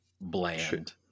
bland